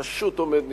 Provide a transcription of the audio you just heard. פשוט עומד נדהם.